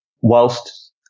whilst